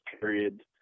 period